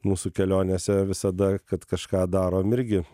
mūsų kelionėse visada kad kažką darom irgi